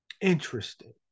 interesting